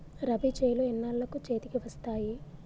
రబీ చేలు ఎన్నాళ్ళకు చేతికి వస్తాయి?